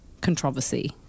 controversy